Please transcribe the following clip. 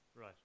right